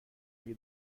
اگه